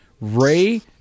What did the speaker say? Ray